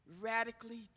radically